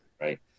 right